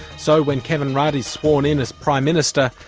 so when kevin rudd is sworn in as prime minister,